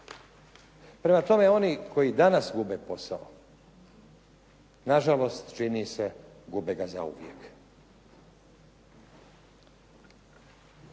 Prema tome, oni koji danas gube posao, na žalost čini se gube ga zauvijek.